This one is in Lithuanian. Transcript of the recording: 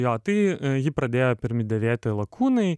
jo tai jį pradėjo pirmi dėvėti lakūnai